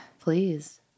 please